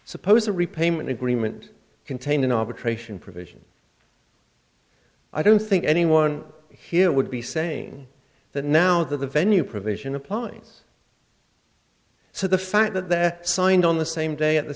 suppose a repayment agreement contained an arbitration provision i don't think anyone here would be saying that now that the venue provision applies so the fact that they're signed on the same day at the